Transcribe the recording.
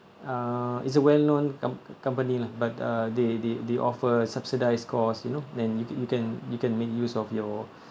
uh it's a well known com~ company lah but uh they they they offer subsidised course you know then you can you can you can make use of your